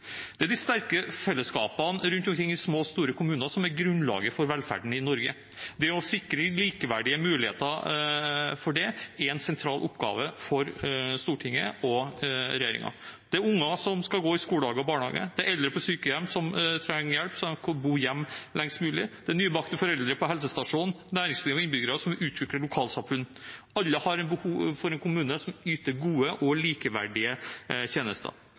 store kommuner som er grunnlaget for velferden i Norge. Det å sikre likeverdige muligheter for det, er en sentral oppgave for Stortinget og regjeringen. Det er unger som skal gå i skole og barnehage, det er eldre på sykehjem som trenger hjelp så de kan bo hjemme lengst mulig, det er nybakte foreldre på helsestasjonen, næringsliv og innbyggere som vil utvikle lokalsamfunn. Alle har behov for en kommune som yter gode og likeverdige tjenester.